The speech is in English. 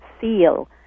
feel